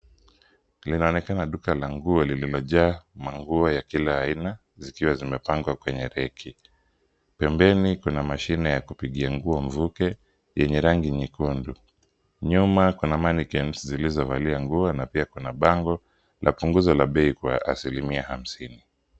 Linaonekana duka la nguo lililojaa nguo ya kila aina, zikiwa zimepangwa kwenye rack . Pembeni kuna mashine ya kupigia nguo mvuke yenye rangi nyekudu. Nyuma kuna mannequins zilizovalia nguo na pia kuna bango la punguzo la bei kwa asilimia hamsini.